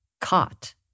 caught